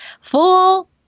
full